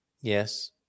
Yes